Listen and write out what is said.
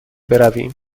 برویم